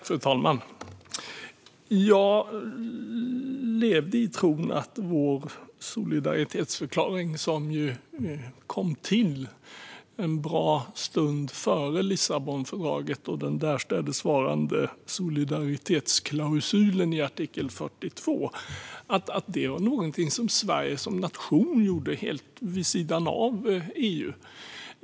Fru talman! Jag levde i tron att vår solidaritetsförklaring, som kom till en bra stund före Lissabonfördraget och den därstädes varande solidaritetsklausulen i artikel 42, var någonting som Sverige som nation gjorde helt vid sidan av EU.